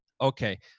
Okay